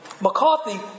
McCarthy